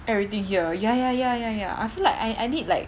everything here ya ya ya ya ya I feel like I I need like